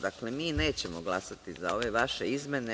Dakle, mi nećemo glasati za ove vaše izmene.